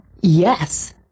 Yes